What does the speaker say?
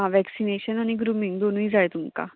आं वॅक्सिनेशन आनी ग्रुमींग दोनूय जाय तुमकां